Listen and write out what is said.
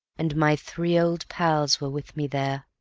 and my three old pals were with me there,